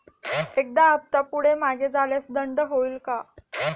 एखादा हफ्ता पुढे मागे झाल्यास दंड होईल काय?